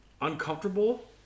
Uncomfortable